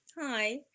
Hi